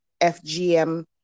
FGM